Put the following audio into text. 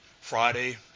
Friday